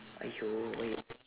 !aiyo! why you